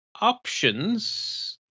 options